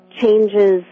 changes